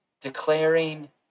declaring